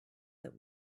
that